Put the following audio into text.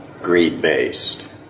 greed-based